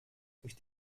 durch